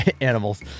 animals